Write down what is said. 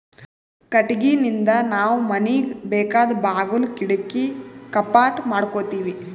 ಕಟ್ಟಿಗಿನಿಂದ್ ನಾವ್ ಮನಿಗ್ ಬೇಕಾದ್ ಬಾಗುಲ್ ಕಿಡಕಿ ಕಪಾಟ್ ಮಾಡಕೋತೀವಿ